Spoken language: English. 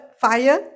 fire